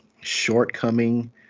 shortcoming